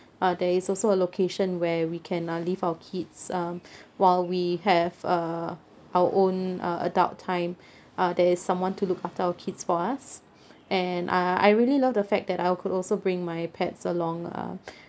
uh there is also a location where we can uh leave our kids um while we have uh our own uh adult time uh there is someone to look after our kids for us and uh I really love the fact that I could also bring my pets along um